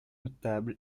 notable